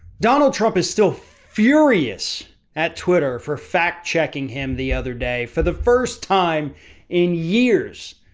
donald trump is still furious at twitter for fact checking him the other day for the first time in years.